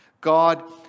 God